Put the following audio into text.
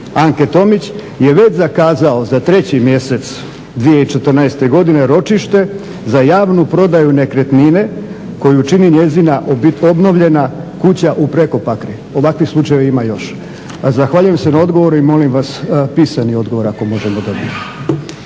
Anke Tomić je već zakazao za 3. mjesec 2014. godine ročište za javnu prodaju nekretnine koju čini njezina obnovljena kuća u Prekopakra. Ovakvih slučajeva ima još. Zahvaljujem se na odgovoru i molim vas pisani odgovor ako možemo dobiti.